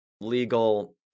legal